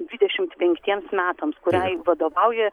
dvidešimt penktiems metams kuriai vadovauja